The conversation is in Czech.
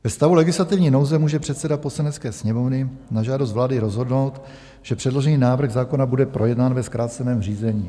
Ve stavu legislativní nouze může předseda Poslanecké sněmovny na žádost vlády rozhodnout, že předložený návrh zákona bude projednán ve zkráceném řízení.